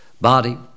body